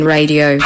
Radio